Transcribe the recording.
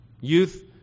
youth